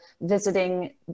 visiting